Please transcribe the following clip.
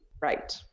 Right